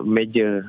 major